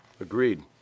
Agreed